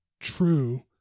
true